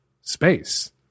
space